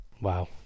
Wow